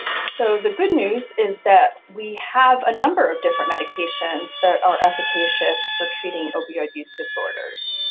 so the good news is that we have a number of different medications that are efficacious for treating opioid use disorder.